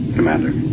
Commander